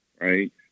right